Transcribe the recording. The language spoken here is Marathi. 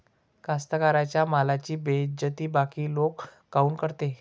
कास्तकाराइच्या मालाची बेइज्जती बाकी लोक काऊन करते?